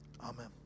amen